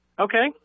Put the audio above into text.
Okay